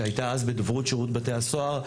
שהייתה אז בדוברות שירות בתי הסוהר,